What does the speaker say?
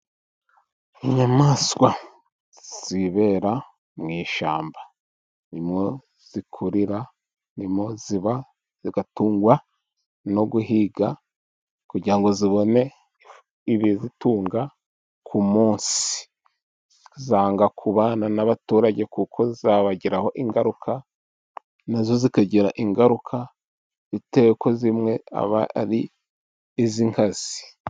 Inyamaswa zibera mu ishyamba, ni mwo zikurira ni mo ziba, zigatungwa no guhiga, kugira ngo zibone ibizitunga ku munsi, zanga kubana n'abaturage kuko zabagiraho ingaruka, nazo zikagira ingaruka, bitewe n'uko zimwe aba ari iz'inkazi.